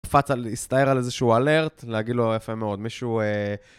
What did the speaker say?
קפץ על, הסתער על איזשהו alert, להגיד לו, יפה מאוד, מישהו...